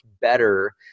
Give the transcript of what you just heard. better